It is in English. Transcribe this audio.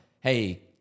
hey